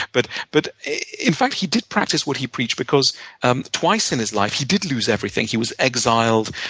but but in fact, he did practice what he preached because um twice in his life, he did lose everything. he was exiled.